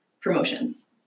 promotions